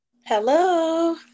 hello